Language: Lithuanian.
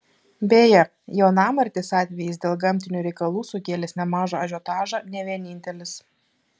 beje jaunamartės atvejis dėl gamtinių reikalų sukėlęs nemažą ažiotažą ne vienintelis